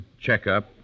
Checkup